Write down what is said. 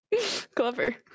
Clever